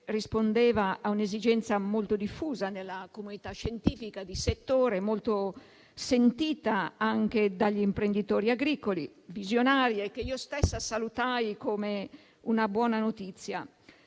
rispondeva a un'esigenza molto diffusa nella comunità scientifica di settore, molto sentita anche dagli imprenditori agricoli, visionaria, ed io stessa la salutai come una buona notizia.